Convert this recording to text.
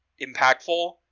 impactful